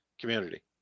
community